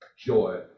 joy